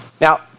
Now